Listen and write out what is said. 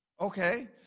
Okay